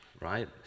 right